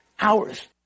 hours